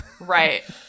right